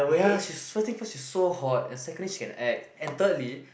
ya she's first thing first she's so hot and secondly she can act and thirdly